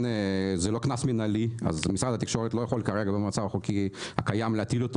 קנס מנהלי אז משרד התקשורת לא יכול במצב החוקי הקיים להטיל אותו,